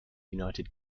united